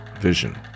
vision